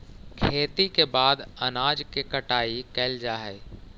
खेती के बाद अनाज के कटाई कैल जा हइ